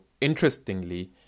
interestingly